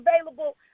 available –